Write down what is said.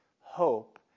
hope